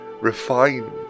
refined